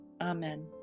Amen